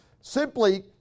simply